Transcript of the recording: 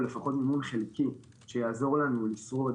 או לפחות מימון חלקי שיעזור לנו לשרוד